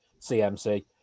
CMC